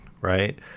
right